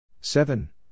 seven